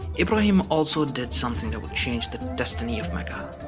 ibrahim also did something that would change the destiny of mecca.